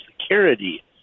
Security